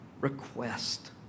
request